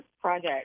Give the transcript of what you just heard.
project